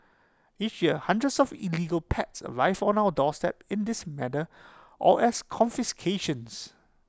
each year hundreds of illegal pets arrive on our doorstep in this manner or as confiscations